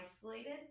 isolated